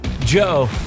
Joe